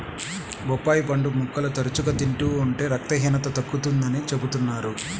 బొప్పాయి పండు ముక్కలు తరచుగా తింటూ ఉంటే రక్తహీనత తగ్గుతుందని చెబుతున్నారు